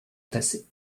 entassées